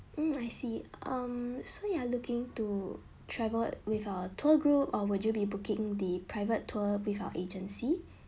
mm I see um so you are looking to travel with our tour group or would you be booking the private tour with our agency